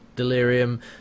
delirium